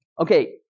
okay